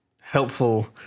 helpful